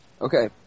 okay